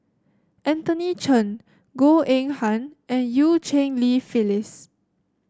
Anthony Chen Goh Eng Han and Eu Cheng Li Phyllis